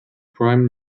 prime